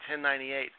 1098